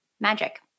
magic